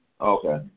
okay